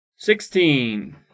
Sixteen